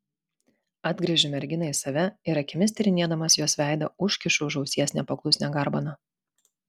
atgręžiu merginą į save ir akimis tyrinėdamas jos veidą užkišu už ausies nepaklusnią garbaną